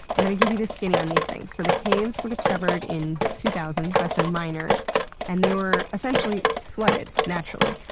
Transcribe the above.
i'm going to give you the skinny on these things. so the caves were discovered in two thousand by some miners and they were essentially flooded, naturally,